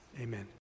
amen